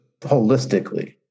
holistically